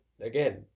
again